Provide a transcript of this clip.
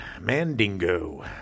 Mandingo